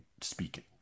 speaking